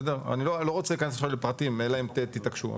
אני לא רוצה להיכנס עכשיו לפרטים אלא אם כן תתעקשו,